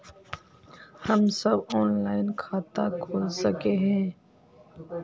हम सब ऑनलाइन खाता खोल सके है?